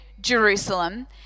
Jerusalem